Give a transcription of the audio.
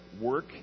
work